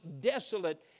desolate